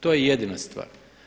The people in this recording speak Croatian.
To je jedina stvar.